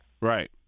Right